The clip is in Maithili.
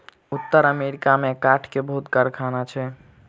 उत्तर अमेरिका में काठ के बहुत कारखाना छै